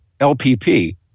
LPP